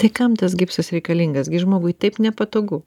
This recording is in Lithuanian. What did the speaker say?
tai kam tas gipsas reikalingas gi žmogui taip nepatogu